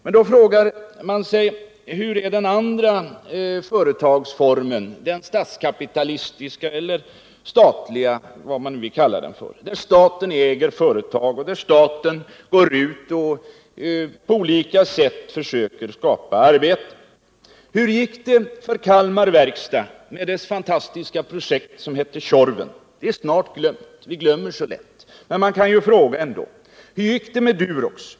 Men man frågar sig: Hur är då den andra företagsformen, den statskapitalistiska eller statliga — vad man nu vill kalla den — där staten äger företag och staten går ut och på olika sätt försöker skapa arbeten? Hur gick det för Kalmar Verkstad och dess fantastiska projekt som hette Tjorven? Det är visserligen snart glömt — vi glömmer så lätt — men man kan ju ändå ställa sig frågan. Hur gick det med Durox?